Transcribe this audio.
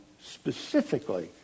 specifically